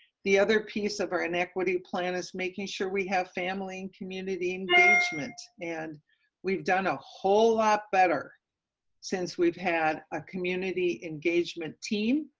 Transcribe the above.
the other piece of our inequity plan, is making sure we have family and community engagement, and and we've done a whole lot better since we've had a community engagement team,